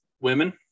women